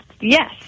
Yes